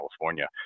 California